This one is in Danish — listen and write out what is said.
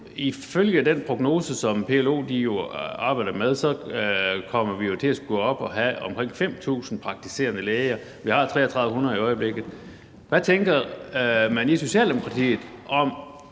ifølge den prognose, som PLO arbejder med, kommer vi jo til at skulle op og have omkring 5.000 praktiserende læger. Vi har 3.300 i øjeblikket. Hvad tænker man i Socialdemokratiet om